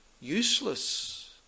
useless